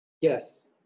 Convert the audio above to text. Yes